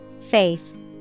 Faith